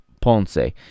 Ponce